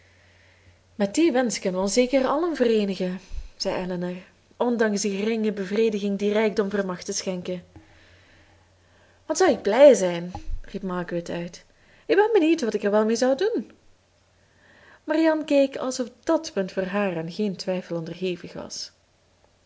met dien wensch kunnen we ons zeker allen vereenigen zei elinor ondanks de geringe bevrediging die rijkdom vermag te schenken wat zou ik blij zijn riep margaret uit ik ben benieuwd wat ik er wel mee zou doen marianne keek alsof dàt punt voor haar aan geen twijfel onderhevig was